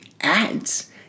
ads